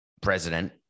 president